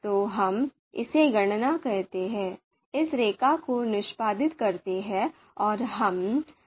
तो हम इसे गणना करते हैं इस रेखा को निष्पादित करते हैं और हम इसे प्राप्त करेंगे